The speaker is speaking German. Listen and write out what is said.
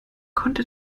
konnte